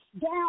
down